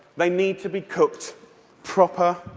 they need to be cooked proper,